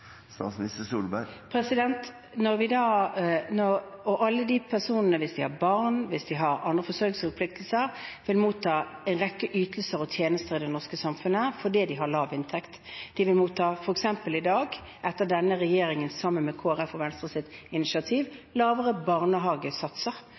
Alle disse personene, hvis de har barn eller andre forsørgerforpliktelser, vil motta en rekke ytelser og tjenester i det norske samfunnet fordi de har lav inntekt. De vil i dag – etter at denne regjeringen, sammen med Kristelig Folkeparti og Venstre,